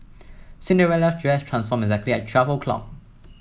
Cinderella's dress transformed exactly at twelve o' clock